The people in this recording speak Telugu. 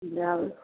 ఇది రాదు